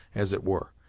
as it were,